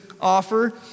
offer